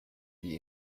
wie